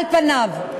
על פניו,